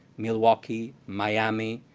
milwaukee, miami,